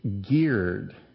geared